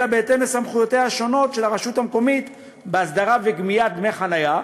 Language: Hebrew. אלא בהתאם לסמכויותיה השונות של הרשות המקומית בהסדרה ובגביית דמי חניה,